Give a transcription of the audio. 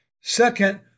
Second